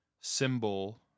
symbol